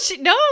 no